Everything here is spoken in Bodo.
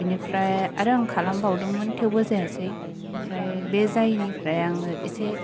बिनिफ्राय आरो आं खालाम बावदोंमोन थेवबो जायासै ओमफ्राय बे जायैनि फ्राइ आङो एसे